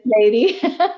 lady